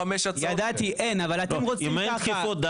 אם אין דחיפות,